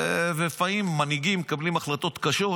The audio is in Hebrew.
ולפעמים מנהיגים מקבלים החלטות קשות